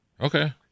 Okay